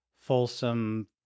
Folsom